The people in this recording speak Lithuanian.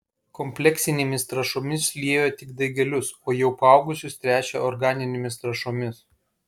kompleksinėmis trąšomis liejo tik daigelius o jau paaugusius tręšė organinėmis trąšomis